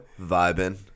Vibing